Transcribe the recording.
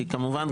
כי כמובן,